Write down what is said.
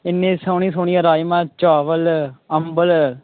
इन्नी सोह्ने सोह्ने राजमांह् अम्बल